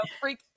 freak